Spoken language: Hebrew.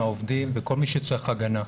העובדים וכל מי שצריך הגנה.